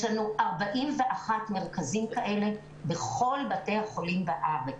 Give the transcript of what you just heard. יש לנו 41 מרכזים כאלה בכל בתי החולים בארץ,